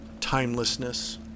timelessness